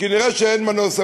כנראה אין מנוס.